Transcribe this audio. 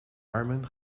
armen